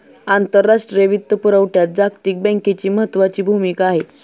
आंतरराष्ट्रीय वित्तपुरवठ्यात जागतिक बँकेची महत्त्वाची भूमिका आहे